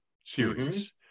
series